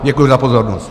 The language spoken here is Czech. Děkuji za pozornost.